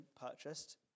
purchased